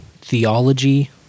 theology